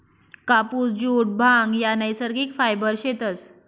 कापुस, जुट, भांग ह्या नैसर्गिक फायबर शेतस